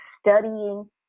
studying